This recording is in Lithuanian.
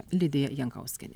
lidija jankauskienė